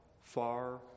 far